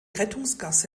rettungsgasse